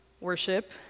worship